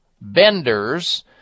Benders